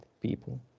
people